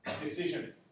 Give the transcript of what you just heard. decision